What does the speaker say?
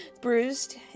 bruised